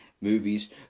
movies